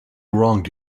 wronged